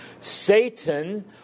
Satan